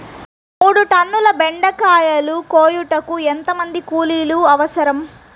మూడు టన్నుల బెండకాయలు కోయుటకు ఎంత మంది కూలీలు అవసరం?